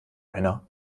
einer